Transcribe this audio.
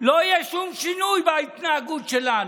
לא יהיה שום שינוי בהתנהגות שלנו.